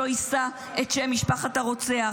שלא יישא את שם משפחת הרוצח.